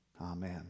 Amen